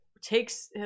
takes